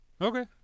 Okay